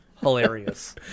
hilarious